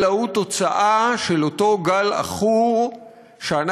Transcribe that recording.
אלא הוא תוצאה של אותו גל עכור שאנחנו